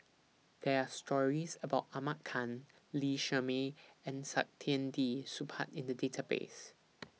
There Are stories about Ahmad Khan Lee Shermay and Saktiandi Supaat in The Database